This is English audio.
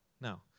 No